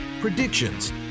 predictions